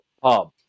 pub